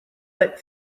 but